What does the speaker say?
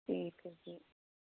ਠੀਕ ਹੈ ਜੀ